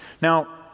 Now